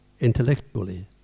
intellectually